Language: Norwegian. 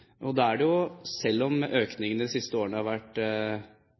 Selv om økningen de siste årene har vært